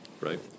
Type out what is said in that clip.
right